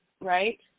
right